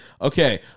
Okay